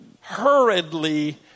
hurriedly